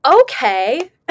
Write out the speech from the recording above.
okay